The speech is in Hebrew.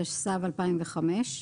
התשס"ו-2005,